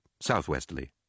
southwesterly